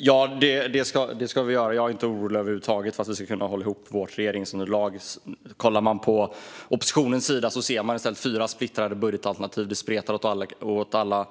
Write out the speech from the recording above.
Herr talman! Ja, det ska vi göra. Jag är inte orolig över huvud taget när det gäller att vi ska kunna hålla ihop vårt regeringsunderlag. Om man kollar på oppositionens sida ser man i stället fyra splittrade budgetalternativ. Det spretar åt alla